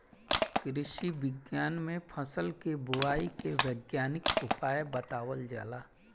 कृषि विज्ञान में फसल के बोआई के वैज्ञानिक उपाय बतावल जाला